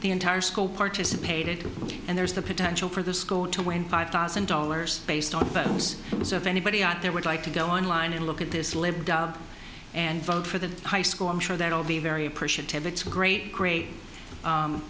the entire school participated in and there's the potential for the school to win five thousand dollars based on those who serve anybody out there would like to go online and look at this lived out and vote for the high school i'm sure that will be very appreciative it's a great great